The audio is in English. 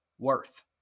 worth